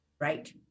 Right